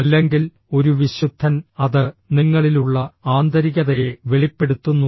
അല്ലെങ്കിൽ ഒരു വിശുദ്ധൻ അത് നിങ്ങളിലുള്ള ആന്തരികതയെ വെളിപ്പെടുത്തുന്നു